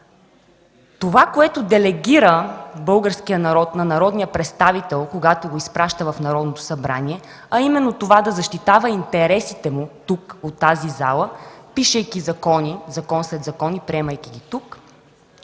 това, което българският народ делегира на народния представител, когато го изпраща в Народното събрание, а именно да защитава интересите му тук, в тази зала, пишейки закон след закон и приемайки ги тук,